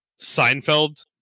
seinfeld